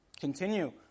Continue